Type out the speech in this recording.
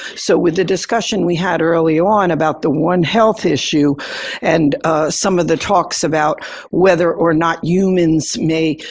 so with the discussion we had early on about the one health issue and some of the talks about whether or not humans may,